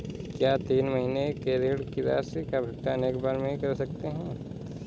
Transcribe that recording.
क्या तीन महीने के ऋण की राशि का भुगतान एक बार में कर सकते हैं?